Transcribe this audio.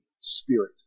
Spirit